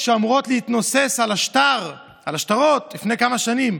שאמורות להתנוסס על השטרות לפני כמה שנים,